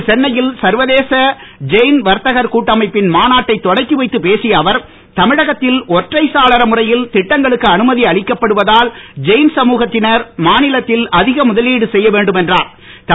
இன்று சென்னையில் சர்வதேச ஜெய்ன் வர்த்தகர் கூட்டமைப்பின் மாநாட்டைத் தொடக்கிவைத்துப் பேசிய அவர் தமிழகத்தில் ஒற்றைச் சாளர முறையில் திட்டங்களுக்கு அனுமதி அளிக்கப்படுவதால் ஜெய்ன் சமூகத்தினர் மாநிலத்தில் அதிக முதலீடு செய்யவேண்டும் என்றா்